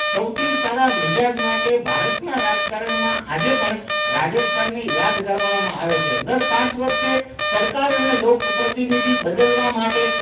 સૌથી સારા મિજાજ માટે ભારતના રાજકારણમાં આજે પણ રાજસ્થાનને યાદ કરવામાં આવે છે દર પાંચ વર્ષે સરકાર અને લોક પ્રતિનિધિ બદલવા માટે